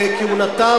וכהונתם,